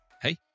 hey